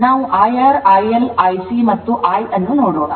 ನಾವು IR IL IC ಮತ್ತು I ಅನ್ನು ನೋಡೋಣ